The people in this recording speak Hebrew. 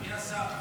אדוני השר,